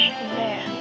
Man